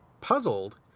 puzzled